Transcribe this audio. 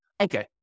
Okay